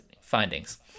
findings